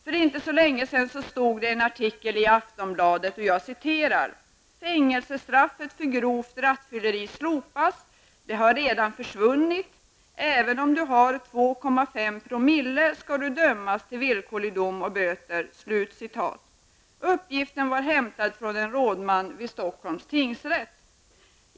För inte så länge sedan stod det i en artikel i Fängelsestraffet för grovt rattfylleri slopas. Det har redan försvunnit. Även om du har 2,5 " skall du dömas till villkorlig dom och böter. Uppgiften kom från en rådman vid Stockholms tingsrätt.